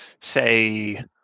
say